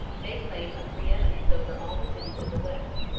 may claim a preeminence over all the cities of the west.